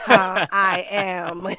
i am